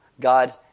God